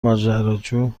ماجراجو